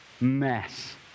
mess